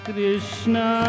Krishna